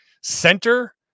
center